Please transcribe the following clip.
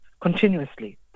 continuously